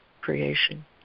creation